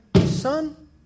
Son